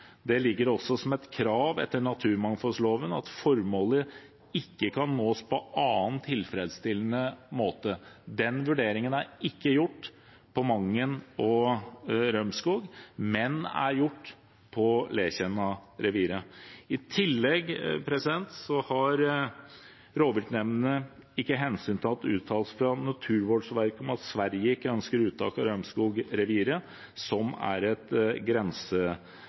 Det ligger også som et krav etter naturmangfoldloven at formålet ikke kan nås på annen tilfredsstillende måte. Den vurderingen er ikke gjort for Mangen- og Rømskog-reviret, men den er gjort for Letjenna-reviret. I tillegg har rovviltnemndene ikke hensyntatt uttalelser fra Naturvårdsverket om at Sverige ikke ønsker uttak fra Rømskog-reviret, som er et